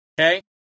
okay